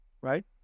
right